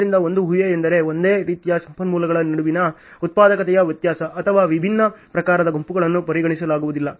ಆದ್ದರಿಂದ ಒಂದು ಹೂಹೆಯೆಂದರೆ ಒಂದೇ ರೀತಿಯ ಸಂಪನ್ಮೂಲಗಳ ನಡುವಿನ ಉತ್ಪಾದಕತೆಯ ವ್ಯತ್ಯಾಸ ಅಥವಾ ವಿಭಿನ್ನ ಪ್ರಕಾರದ ಗುಂಪುಗಳನ್ನು ಪರಿಗಣಿಸಲಾಗುವುದಿಲ್ಲ